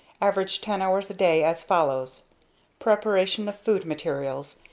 average ten hours a day, as follows preparation of food materials,